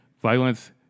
violence